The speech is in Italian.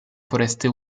foreste